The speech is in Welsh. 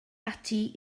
ati